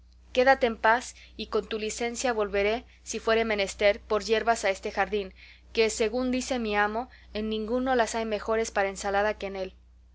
quédate en paz y con tu licencia volveré si fuere menester por yerbas a este jardín que según dice mi amo en ninguno las hay mejores para ensalada que en él